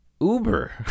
Uber